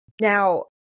Now